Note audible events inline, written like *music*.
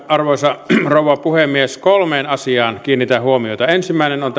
arvoisa rouva puhemies kolmeen asiaan kiinnitän huomiota ensimmäinen on *unintelligible*